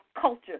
culture